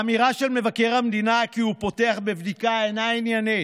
האמירה של מבקר המדינה כי הוא פותח בבדיקה אינה עניינית.